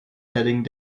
heading